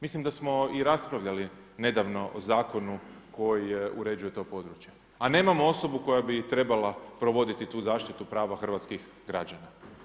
Mislim da smo i raspravljali nedavno o zakonu koji uređuje to područje a nemamo osobu koja bi trebala provoditi tu zaštitu prava hrvatskih građana.